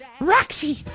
Roxy